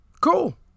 Cool